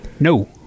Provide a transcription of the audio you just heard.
No